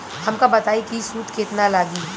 हमका बताई कि सूद केतना लागी?